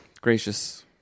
Gracious